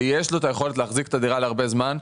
ויש להם את היכולת להחזיק את הדירה למשך הרבה זמן,